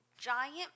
Giant